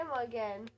again